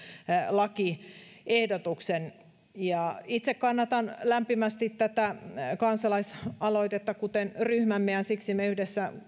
lakiehdotuksen itse kannatan lämpimästi tätä kansalaisaloitetta kuten ryhmämme ja siksi me yhdessä